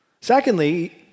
Secondly